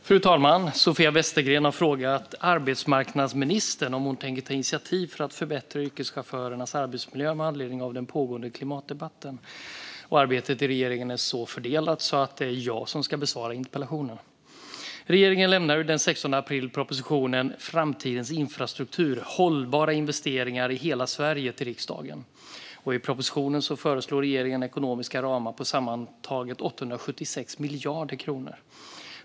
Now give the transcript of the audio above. Fru talman! Sofia Westergren har frågat arbetsmarknadsministern om hon tänker ta initiativ för att förbättra yrkeschaufförers arbetsmiljö med anledning av den pågående klimatdebatten. Arbetet i regeringen är så fördelat att det är jag som ska besvara interpellationen. Regeringen lämnade den 16 april propositionen Framtidens infrastruktur - hållbara investeringar i hela Sverige till riksdagen. I propositionen föreslår regeringen ekonomiska ramar på sammantaget 876 miljarder kronor.